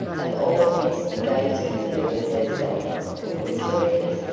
of all this daisy delivered herself with the sweetest,